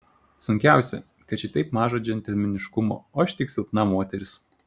sunkiausia kad čia taip maža džentelmeniškumo o aš tik silpna moteris